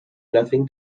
nothing